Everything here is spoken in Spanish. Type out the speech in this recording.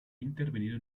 intervenido